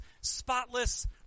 spotless